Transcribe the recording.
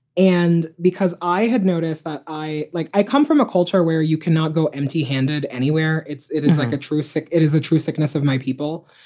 and because i had noticed that i like i come from a culture where you cannot go empty handed anywhere. it is like a true stick. it is a true sickness of my people.